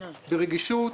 ברגישות.